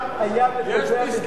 אלה שני דברים שונים